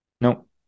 Nope